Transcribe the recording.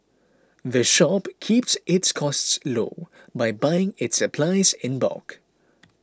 the shop keeps its costs low by buying its supplies in bulk